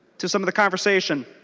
to some of the conversations.